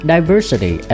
Diversity